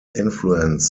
influence